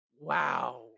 wow